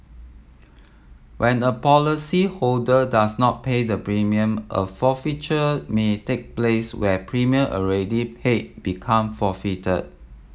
when a policyholder does not pay the premium a forfeiture may take place where premium already paid become forfeited